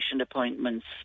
appointments